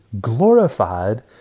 glorified